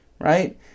Right